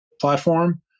platform